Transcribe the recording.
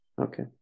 Okay